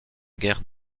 guerre